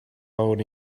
out